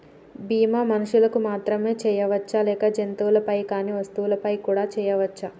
బీమా మనుషులకు మాత్రమే చెయ్యవచ్చా లేక జంతువులపై కానీ వస్తువులపై కూడా చేయ వచ్చా?